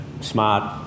smart